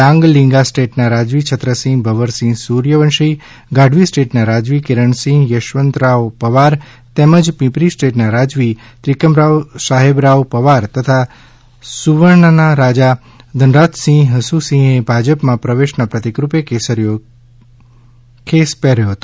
ડાંગ લિંગા સ્ટેટના રાજવી છત્રસિંહ ભવરસિંહ સૂર્યવંશી ગાઢવી સ્ટેટના રાજવી કિરણસિંહ થશવંતરાવ પવાર તેમજ પિંપરી સ્ટેટના રાજવી ત્રિકમરાવ સાહેબરાવ પવાર તથા વસૂર્ણાના રાજા ધનરાજ સિંહ હસુસિંહ એ ભાજપ પ્રવેશના પ્રતિક રૂપે કેસરીયો ખેસ પહેર્યો હતો